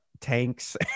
tanks